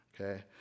Okay